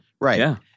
Right